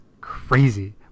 crazy